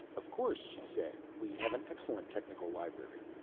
of course, she said. we have an excellent technical library.